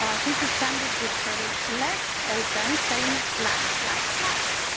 um she's standing with her legs open saying slacks, slacks, slacks.